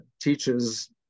teaches